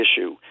issue